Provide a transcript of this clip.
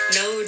no